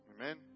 Amen